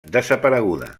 desapareguda